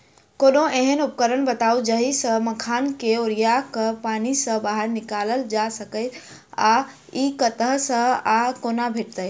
कोनों एहन उपकरण बताऊ जाहि सऽ मखान केँ ओरिया कऽ पानि सऽ बाहर निकालल जा सकैच्छ आ इ कतह सऽ आ कोना भेटत?